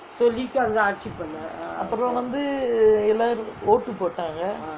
அப்ரோ வந்து எல்லாரும் ஓட்டு போட்டங்கே:apro vanthu ellarum ottu pottangae